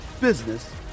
business